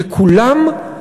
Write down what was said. שכולם,